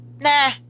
nah